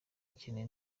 ikeneye